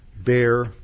bear